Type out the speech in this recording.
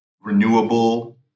renewable